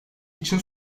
için